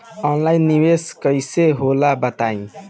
Online निवेस कइसे होला बताईं?